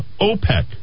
OPEC